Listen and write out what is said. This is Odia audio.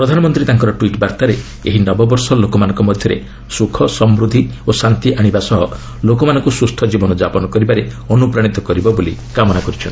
ପ୍ରଧାନମନ୍ତ୍ରୀ ତାଙ୍କର ଟ୍ସିଟ୍ ବାର୍ତ୍ତାରେ ଏହି ନବବର୍ଷ ଲୋକମାନଙ୍କ ମଧ୍ୟରେ ସୁଖ ସମୃଦ୍ଧି ଶାନ୍ତି ଆଣିବା ସହ ଲୋକମାନଙ୍କୁ ସୁସ୍ଥ ଜୀବନ ଯାପନ କରିବାରେ ଅନୁପ୍ରାଣିତ କରିବ ବୋଲି କାମନା କରିଚ୍ଚନ୍ତି